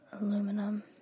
Aluminum